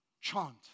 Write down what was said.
chant